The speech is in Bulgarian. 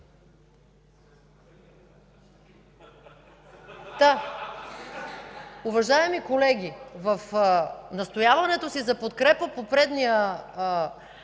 Уважаеми колеги, в настояването си за подкрепа по предния